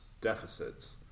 deficits